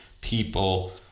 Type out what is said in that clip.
people